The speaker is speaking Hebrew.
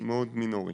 אבל זה מאוד מינורי.